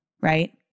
right